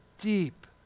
deep